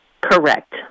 Correct